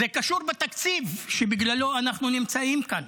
זה קשור בתקציב שבגללו אנחנו נמצאים כאן.